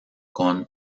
con